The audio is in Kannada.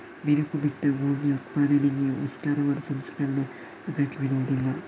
ಬಿರುಕು ಬಿಟ್ಟ ಗೋಧಿಯ ಉತ್ಪಾದನೆಗೆ ವಿಸ್ತಾರವಾದ ಸಂಸ್ಕರಣೆಯ ಅಗತ್ಯವಿರುವುದಿಲ್ಲ